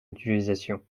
mutualisation